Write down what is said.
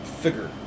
Figure